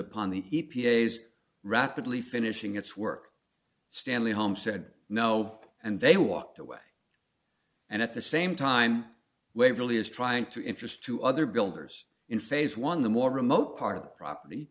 upon the e p a is rapidly finishing its work stanley home said no and they walked away and at the same time waverly is trying to interest two other builders in phase one the more remote part of the property